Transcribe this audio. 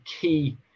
key